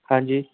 ਹਾਂਜੀ